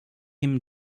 him